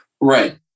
Right